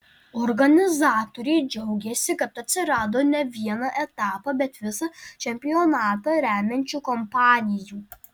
organizatoriai džiaugiasi kad atsirado ne vieną etapą bet visą čempionatą remiančių kompanijų